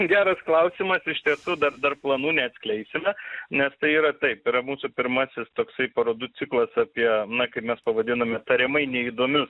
geras klausimas iš tiesų dar dar planų neatskleisime nes tai yra taip yra mūsų pirmasis toksai parodų ciklas apie na kaip mes pavadinome tariamai neįdomius